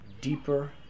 deeper